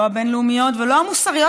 לא הבין-לאומיות ולא המוסריות